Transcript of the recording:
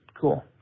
cool